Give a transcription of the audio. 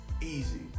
Easy